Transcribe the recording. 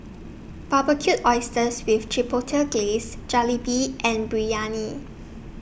Barbecued Oysters with Chipotle Glaze Jalebi and Biryani